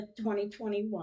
2021